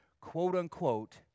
quote-unquote